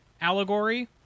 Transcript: allegory